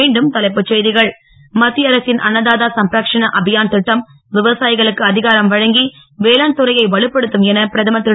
மீண்டும் தலைப்புச்செய்திகள் மத்திய அரசின் அன்னதாதா சம்ரக்க்ஷணா அபியான் திட்டம் விவசாயிகளுக்கு அதிகாரம் வழங்கி வேளாண் துறையை வலுப்படுத்தும் என பிரதமர் திரு